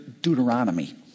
Deuteronomy